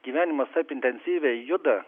gyvenimas taip intensyviai juda